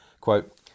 Quote